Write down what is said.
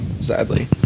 sadly